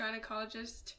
gynecologist